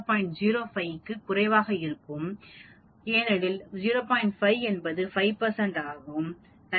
05 க்கும் குறைவாக இருக்க வேண்டும் ஏனெனில் 0